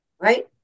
Right